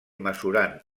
mesurant